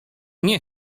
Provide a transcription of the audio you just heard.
nie